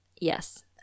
Yes